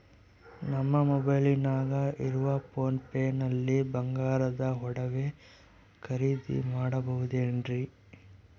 ನಮ್ಮ ಮೊಬೈಲಿನಾಗ ಇರುವ ಪೋನ್ ಪೇ ನಲ್ಲಿ ಬಂಗಾರದ ಒಡವೆ ಖರೇದಿ ಮಾಡಬಹುದೇನ್ರಿ?